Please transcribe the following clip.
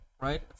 right